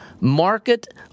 Market